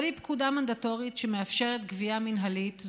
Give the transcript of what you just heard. אבל היא פקודה מנדטורית שמאפשרת גבייה מינהלית,